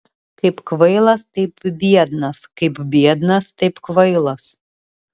kaip kvailas taip biednas kaip biednas taip kvailas